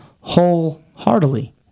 wholeheartedly